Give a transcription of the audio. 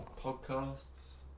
Podcasts